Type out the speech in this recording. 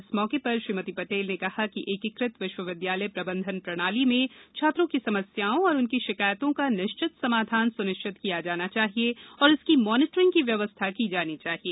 इस मौके पर श्रीमती पटेल ने कहा कि एकीकृत विश्वविद्यालय प्रबंधन प्रणाली में छात्रों की समस्याओं और उनकी शिकायतों का निश्चित समाधान सुनिश्चित किया जाना चाहिए और इसकी मॉनिटरिंग की व्यवस्था की जानी चाहिए